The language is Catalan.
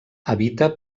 habita